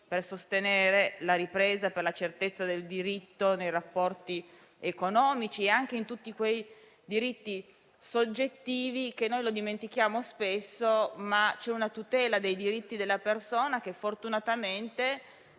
per sostenere la ripresa e per la certezza del diritto nei rapporti economici, anche a proposito di tanti diritti soggettivi: lo dimentichiamo spesso, ma c'è una tutela dei diritti della persona che fortunatamente